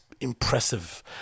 impressive